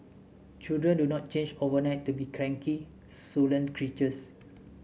children do not change overnight to be cranky creatures